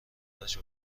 وراج